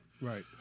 Right